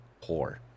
poor